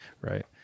right